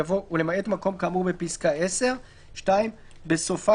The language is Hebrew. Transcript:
יבוא "ולמעט מקום כאמור בפסקה (10)"; בסופה